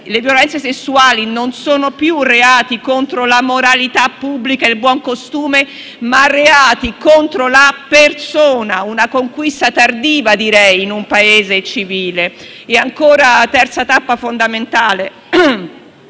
le violenze sessuali sono non più «reati contro la moralità pubblica e il buon costume», ma «reati contro la persona»: una conquista tardiva - direi - in un Paese civile. Ancora, la terza tappa fondamentale